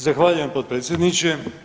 Zahvaljujem potpredsjedniče.